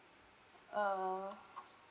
uh